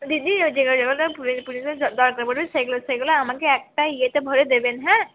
দিদি যেগুলো যেগুলো পুজোতে দরকার পড়বে সেগুলো সেগুলো আমাকে একটা ইয়েতে ভরে দেবেন হ্যাঁ